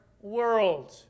world